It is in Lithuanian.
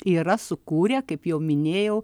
yra sukūrę kaip jau minėjau